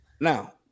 Now